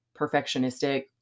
perfectionistic